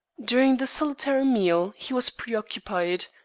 during the solitary meal he was preoccupied,